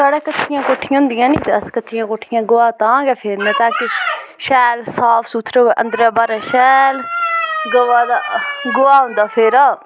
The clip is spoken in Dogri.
साढ़ै कच्चियां कोठियां होंदियां नी ते अस कच्चियै कोठियें गोहा तां गै फेरने तां कि शैल साफ सुथरी होऐ अंदरै बाह्रै शैल गवा दा गोहा होंदा फेरा